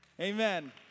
Amen